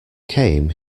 came